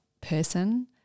person